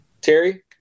Terry